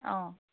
অঁ